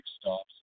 stops